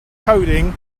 coding